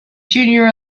junior